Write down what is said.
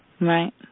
Right